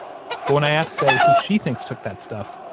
but when i asked faye who she thinks took that stuff,